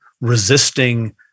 resisting